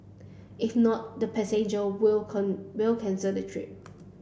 if not the passenger will cone will cancel the trip